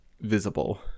visible